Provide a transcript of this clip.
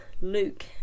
Luke